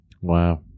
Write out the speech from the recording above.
Wow